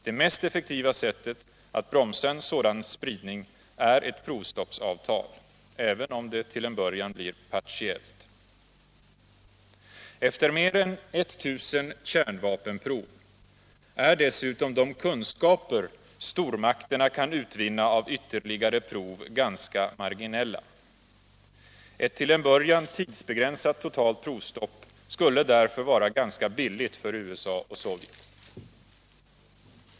Det mest effektiva sättet att bromsa en sådan spridning är ett provstoppsavtal — även om det till en början blir partiellt. Efter mer än 19000 kärnvapenprov är dessutom de kunskaper stormakterna kan utvinna av ytterligare prov ganska marginella. Ett till en början tidsbegränsat totalt provstopp skulle därför vara ganska billigt för USA och Sovjet.